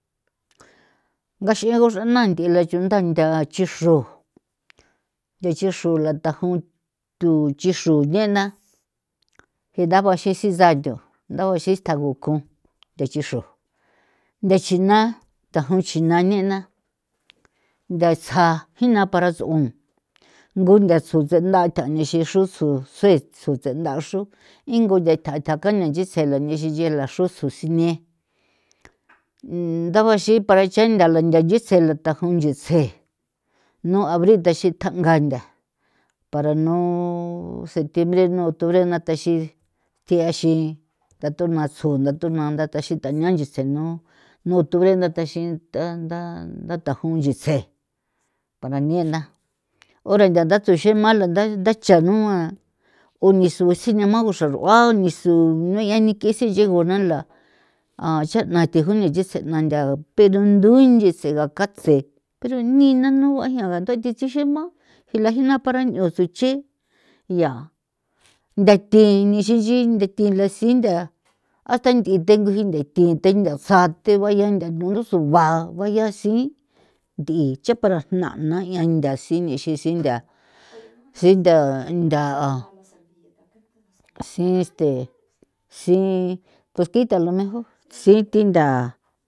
Ngax'i nguxra na nth'ila chunda ntha ngachixru ntha nchixru la nthajon tho nchixru ne'na jinda jua nchi xi tjaa tho ntha uxi tjagon kon thachixro nthachinaa thajon china nena nthatsa jina'a para ngo ncha tsu tsenthaa tja nixi xrutsu se tjsu tsenda xro ingu nche tha tha kjenna nchisela nixin nchela xruso sine ndabajixin para nthee ntha la ntha nchise la tjajon nchise nu abril nthachitja nga ntha para nuu septiembre nuu octubre natjexin thixin tha thu nua tso ntha thu nua nthataxin thania nchise nuu octubre ndathaxin thanda tha tjajun nchise pa ganie la ora nthia ntha tsuxema ntha nthacha nua o ni su sina a xrarua ni sunueie ni ke'e sinche'e gona la a chena thi june nchise na ntha pero nthui nchise katse pero ni nanu a jia'a ndue thi xi tsema jila jina para ncho thu che yaa nthate nixinchi ndi thi lasintha hasta nthi thejngo jinthe thithengo tsaa the guaya ba thundusu baa baya si nth'i icha para nja'na yaa ntha sinexi sintha sintha si este pues quítalo mejor si thi ntha.